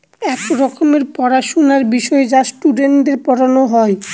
এক রকমের পড়াশোনার বিষয় যা স্টুডেন্টদের পড়ানো হয়